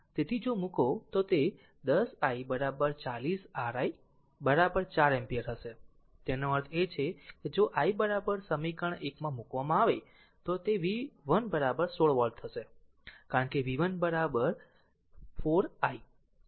તેથી જો મૂકો તો તે 10 i 40 r i 4 ampere હશે તેનો અર્થ એ છે કે જો i સમીકરણ 1 માં મૂકવામાં આવે તો તે v 1 16 વોલ્ટ હશે કારણ કે v 1 જો r 4 i